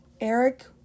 Eric